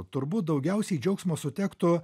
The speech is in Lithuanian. turbūt daugiausiai džiaugsmo sutektų